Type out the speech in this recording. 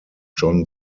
john